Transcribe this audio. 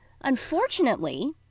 Unfortunately